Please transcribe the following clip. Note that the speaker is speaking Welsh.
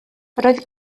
roedd